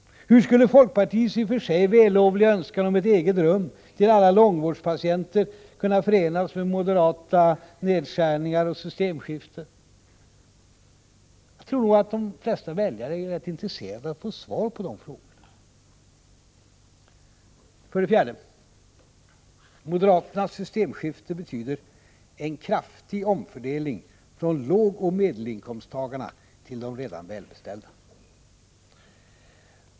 Hur skulle folkpartiets i och för sig vällovliga önskan om ett eget rum till alla långvårdspatienter kunna förenas med de moderata nedskärningarna och med systemskiftet? Jag tror nog att de flesta väljarna är intresserade av att få svar på de frågorna. För det fjärde: Moderaternas ”systemskifte” betyder en kraftig omfördelning från lågoch medelinkomsttagarna till de redan välbeställda.